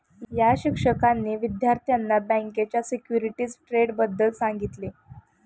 या शिक्षकांनी विद्यार्थ्यांना बँकेच्या सिक्युरिटीज ट्रेडबद्दल सांगितले